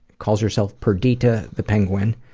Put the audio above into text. calls herself perdita the penguin.